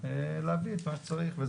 להביא את מה שצריך.